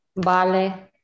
Vale